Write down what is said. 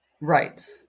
Right